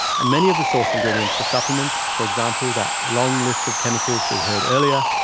and many of the source ingredients for supplements, for example that long list of chemicals we heard earlier,